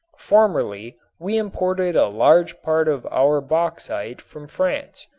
formerly we imported a large part of our bauxite from france,